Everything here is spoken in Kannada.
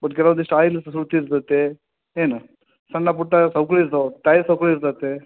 ಬಟ್ ಕೆಲವೊಂದಿಷ್ಟು ಆಯ್ಲು ಇರ್ತೈತೆ ಏನು ಸಣ್ಣ ಪುಟ್ಟ ಸವ್ಕಳಿ ಇರ್ತವೆ ಟಯರ್ ಸವ್ಕಳಿ ಇರ್ತೈತೆ